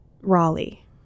Raleigh